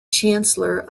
chancellor